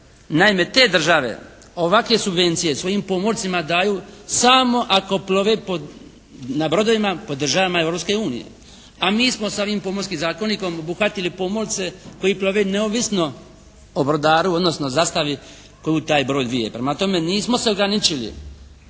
Naime te države ovakve subvencije svojim pomorcima daju samo ako plove pod, na brodovima pod državama Europske unije. A mi smo s ovim Pomorskim zakonikom obuhvatili pomorce koji plove neovisno o brodaru odnosno zastavi koju taj broj vije. Prema tome nismo se ograničili